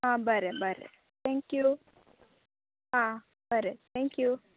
आं बरें बरें थँक्यू आं बरें थँक्यू